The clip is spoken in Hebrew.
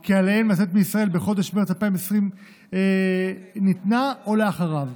כי עליהם לצאת מישראל ניתנה בחודש מרץ 2020 או אחריו.